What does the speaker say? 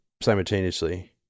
simultaneously